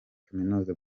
kaminuza